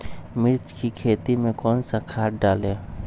मिर्च की खेती में कौन सा खाद डालें?